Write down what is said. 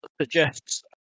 suggests